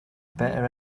better